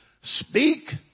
Speak